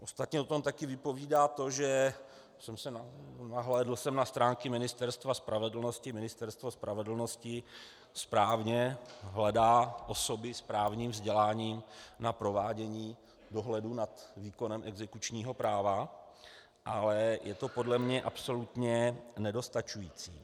Ostatně o tom také vypovídá to nahlédl jsem na stránky Ministerstva spravedlnosti že Ministerstvo spravedlnosti správně hledá osoby s právním vzděláním na provádění dohledu nad výkonem exekučního práva, ale je to podle mě absolutně nedostačující.